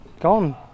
gone